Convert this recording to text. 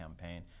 campaign